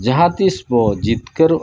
ᱡᱟᱦᱟ ᱛᱤᱥ ᱵᱚ ᱡᱤᱛᱠᱟᱹᱨᱚᱜᱼᱟ